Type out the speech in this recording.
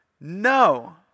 No